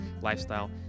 lifestyle